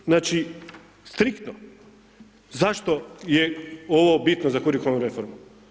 To, znači striktno, zašto je ovo bitno za kurikularnu reformu?